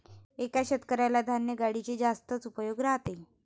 एका शेतकऱ्याला धान्य गाडीचे जास्तच उपयोग राहते